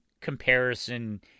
comparison